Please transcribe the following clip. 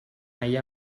eye